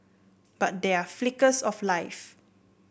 but there are flickers of life